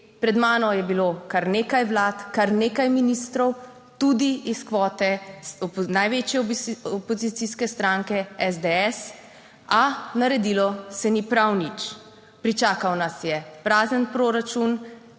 Pred mano je bilo kar nekaj vlad, kar nekaj ministrov, tudi iz kvote največje opozicijske stranke SDS, a naredilo se ni prav nič. Pričakal nas je prazen proračun,